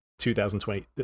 2020